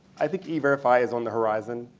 i think e-verify is on the verizon.